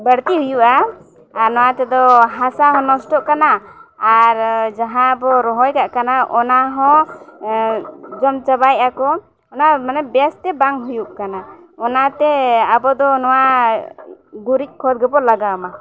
ᱵᱟᱹᱲᱛᱤ ᱦᱩᱭᱩᱜᱼᱟ ᱟᱨ ᱱᱚᱣᱟ ᱛᱮᱫᱚ ᱦᱟᱥᱟ ᱦᱚᱸ ᱱᱚᱥᱴᱚᱜ ᱠᱟᱱᱟ ᱟᱨ ᱡᱟᱦᱟᱸ ᱵᱚᱱ ᱨᱚᱦᱚᱭ ᱠᱟᱜ ᱠᱟᱱᱟ ᱚᱱᱟ ᱦᱚᱸ ᱡᱚᱢ ᱪᱟᱵᱟᱭᱮᱫ ᱟᱠᱚ ᱚᱱᱟ ᱢᱟᱱᱮ ᱵᱮᱥᱛᱮ ᱵᱟᱝ ᱦᱩᱭᱩᱜ ᱠᱟᱱᱟ ᱚᱱᱟᱛᱮ ᱟᱵᱚᱫᱚ ᱱᱚᱣᱟ ᱜᱩᱨᱤᱡ ᱠᱷᱚᱛ ᱜᱮᱵᱚᱱ ᱞᱟᱜᱟᱣ ᱢᱟ